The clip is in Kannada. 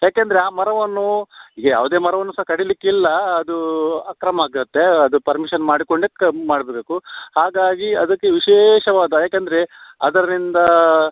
ಏಕೆಂದ್ರೆ ಆ ಮರವನ್ನು ಈಗ ಯಾವುದೇ ಮರವನ್ನು ಸಹ ಕಡಿಯಲಿಕ್ಕಿಲ್ಲ ಅದು ಅಕ್ರಮ ಆಗುತ್ತೆ ಅದು ಪರ್ಮಿಶನ್ ಮಾಡಿಕೊಂಡೇ ಕ ಮಾಡಬೇಕು ಹಾಗಾಗಿ ಅದಕ್ಕೆ ವಿಶೇಷವಾದ ಏಕಂದ್ರೆ ಅದರಿಂದ